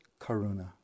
karuna